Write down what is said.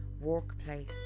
workplace